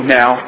now